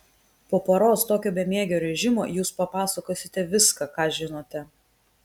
po paros tokio bemiegio režimo jūs papasakosite viską ką žinote